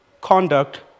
conduct